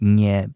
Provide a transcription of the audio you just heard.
nie